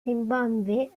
zimbabwe